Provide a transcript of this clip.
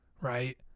right